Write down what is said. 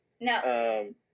No